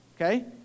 okay